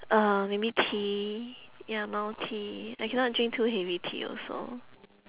uh maybe tea ya mild tea I cannot drink too heavy tea also